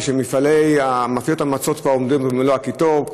כשמאפיות המצות כבר עובדות במלוא הקיטור,